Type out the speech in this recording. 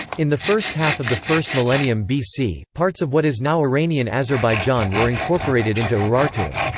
in the first half of the first millennium bc, parts of what is now iranian azerbaijan were incorporated into urartu.